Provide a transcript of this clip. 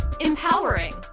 empowering